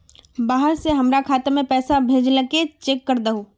बाहर से हमरा खाता में पैसा भेजलके चेक कर दहु?